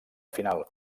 final